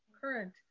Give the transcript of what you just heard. current